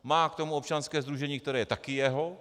Má k tomu občanské sdružení, které je taky jeho.